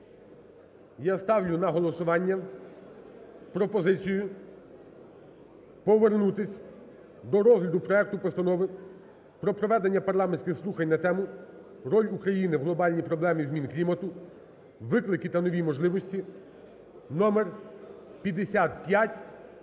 Я ставлю на голосування пропозицію повернутись до розгляду проекту Постанови про проведення парламентських слухань на тему: "Роль України в глобальній проблемі змін клімату – виклики та нові можливості" (№ 5528).